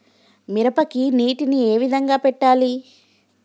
మిరపకి నీటిని ఏ విధంగా పెట్టాలి?